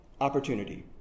opportunity